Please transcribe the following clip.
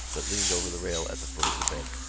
but leaned over the rail at the foot of the bed.